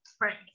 right